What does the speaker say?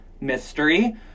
mystery